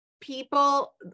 people